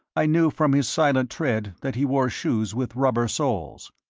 i knew from his silent tread that he wore shoes with rubber soles.